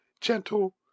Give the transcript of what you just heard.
gentle